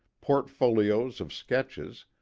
portfolios of sketches,